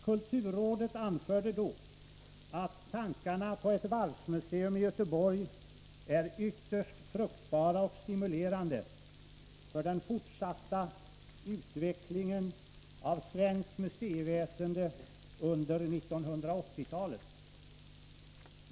Kulturrådet anförde då att tankarna på ett varvsmuseum i Göteborg är ytterst fruktbara och stimulerande för den fortsatta utvecklingen av svenskt museiväsende under 1980-talet.